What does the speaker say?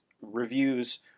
reviews